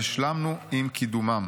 והשלמנו עם קידומם.